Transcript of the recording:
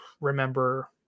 remember